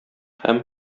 һәм